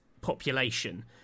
population